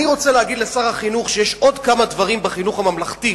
אני רוצה להגיד לשר החינוך שיש עוד כמה דברים בחינוך הממלכתי,